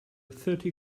thirty